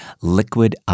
Liquid